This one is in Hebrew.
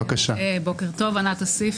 בוקר טוב, הדברים